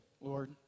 Lord